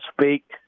speak